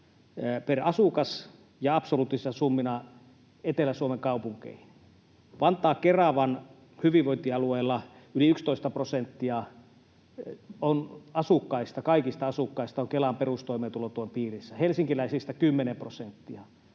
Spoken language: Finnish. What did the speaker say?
per asukas, ja absoluuttisina summina Etelä-Suomen kaupunkeihin. Vantaan ja Keravan hyvinvointialueella yli 11 prosenttia kaikista asukkaista on Kelan perustoimeentulotuen piirissä, helsinkiläisistä 10 prosenttia.